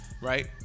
Right